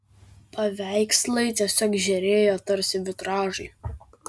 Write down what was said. paveikslai tiesiog žėrėjo tarsi vitražai